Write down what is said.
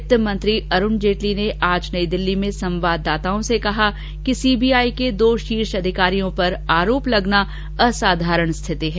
वित्त मंत्री अरूण जेटली ने आज नई दिल्ली में संवाददाताओं से कहा कि सी बी आई के दो शीर्ष अधिकारियों पर आरोप लगना असाधारण स्थिति है